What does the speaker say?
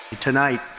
Tonight